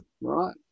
right